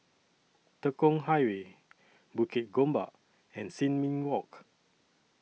Tekong Highway Bukit Gombak and Sin Ming Walk